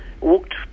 walked